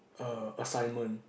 err assignment